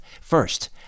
First